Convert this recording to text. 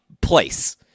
place